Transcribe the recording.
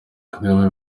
kagame